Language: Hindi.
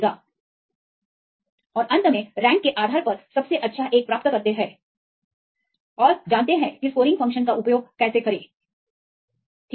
And finally they get the best one based on the rank how to use the scoring function okऔर अंत में वे रैंक के आधार पर सबसे अच्छा एक प्राप्त करते हैं कि स्कोरिंग फ़ंक्शन का उपयोग कैसे करें ठीक है